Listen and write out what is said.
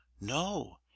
no